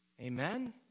Amen